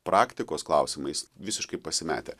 praktikos klausimais visiškai pasimetę